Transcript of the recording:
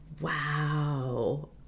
Wow